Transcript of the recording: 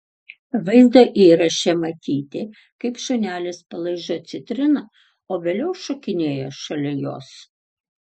vaizdo įraše matyti kaip šunelis palaižo citriną o vėliau šokinėja šalia jos